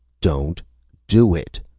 don't do it!